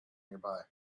nearby